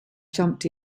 jumped